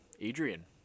Adrian